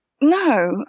No